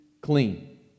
clean